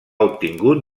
obtingut